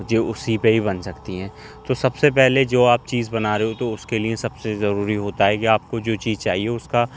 جو اسی پہ ہی بن سکتی ہیں تو سب سے پہلے جو آپ چیز بنا رہے ہو تو اس کے لیے سب سے ضروری ہوتا ہے کہ آپ کو جو چیز چاہیے اس کا